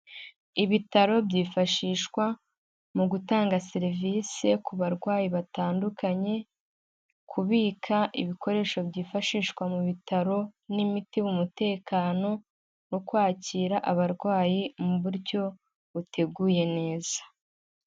Ibitaro byifashishwa mu gutanga serivise ku barwayi batandukanye, kubika ibikoresho byifashishwa mu bitaro n'imiti mu mutekano no kwakira abarwayi mu buryo buteguye neza.